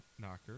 knocker